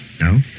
No